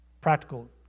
Practical